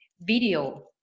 video